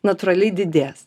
natūraliai didės